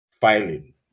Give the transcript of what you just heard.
filing